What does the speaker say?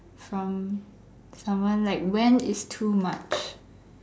from someone like when is too much